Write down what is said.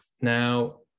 Now